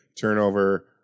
turnover